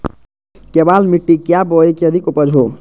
केबाल मिट्टी क्या बोए की अधिक उपज हो?